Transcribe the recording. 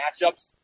matchups